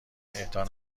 اعطا